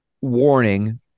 Warning